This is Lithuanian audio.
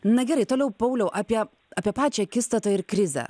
na gerai toliau pauliau apie apie pačią akistatą ir krizę